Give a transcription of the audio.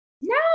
No